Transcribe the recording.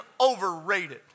overrated